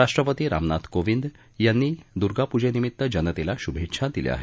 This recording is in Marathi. राष्ट्रपती रामनाथ कोविंद यांनी दूर्गापूजेनिमित्त जनतेला शुभेच्छा दिल्या आहेत